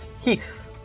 Keith